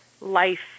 life